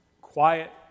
quiet